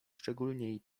szczególniej